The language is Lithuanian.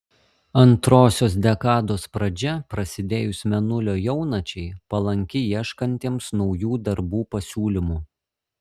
antrosios dekados pradžia prasidėjus mėnulio jaunačiai palanki ieškantiems naujų darbų pasiūlymų